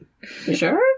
sure